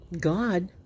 God